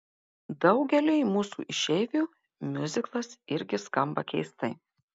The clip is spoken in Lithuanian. daugeliui mūsų išeivių miuziklas irgi skamba keistai